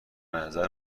نظر